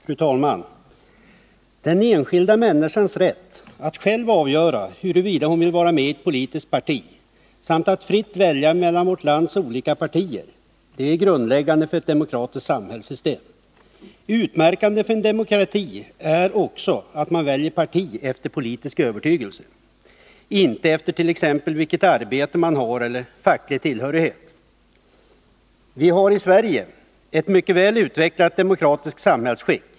Fru talman! Den enskilda människans rätt att själv avgöra huruvida hon vill vara med i ett politiskt parti samt att fritt välja mellan olika partier är grundläggande för ett demokratiskt samhällssystem. Utmärkande för en demokrati är också att man väljer parti efter politisk övertygelse — inte efter t.ex. vilket arbete man har eller efter sin fackliga tillhörighet. Vi har i Sverige ett mycket väl utvecklat demokratiskt samhällsskick.